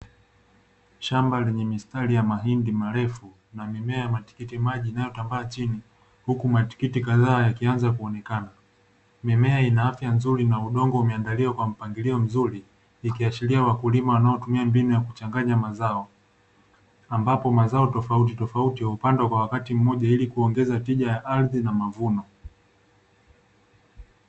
Shamba lenye mistari ya mahindi marefu na mimea ya matikitimaji yanayo tambaa chini, huku matikiti kadhaa yakianza kuonekana. Mimea ina afya nzuri na udongo umeandaliwa kwa mpangilio mzuri ikiashiria wakulima wanaotumia mbinu ya kuchanganya mazao ambapo mazao tofautitofauti hupandwa kwa wakati mmoja ili kuongeza tija ya ardhi na mavuno.